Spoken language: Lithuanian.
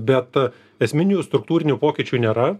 bet esminių struktūrinių pokyčių nėra